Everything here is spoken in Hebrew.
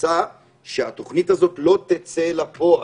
המלצה שהתוכנית הזאת לא תצא לפועל.